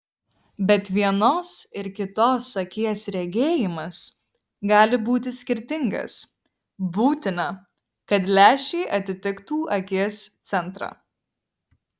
bet vienos ir kitos akies regėjimas gali būti skirtingas būtina kad lęšiai atitiktų akies centrą